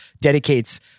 dedicates